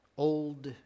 old